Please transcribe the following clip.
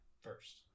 First